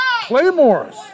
Claymore's